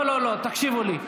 לא, לא, לא, תקשיבו לי.